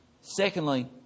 secondly